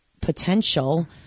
potential